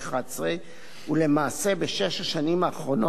ולמעשה בשש השנים האחרונות חלה עלייה